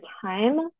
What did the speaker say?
time